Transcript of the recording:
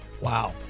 Wow